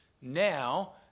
now